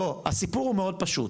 לא, הסיפור הוא מאוד פשוט.